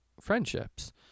friendships